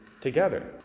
together